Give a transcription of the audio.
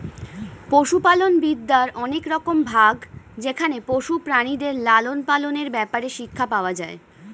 পশুপালন বিদ্যার অনেক রকম ভাগ যেখানে পশু প্রাণীদের লালন পালনের ব্যাপারে শিক্ষা পাওয়া যায়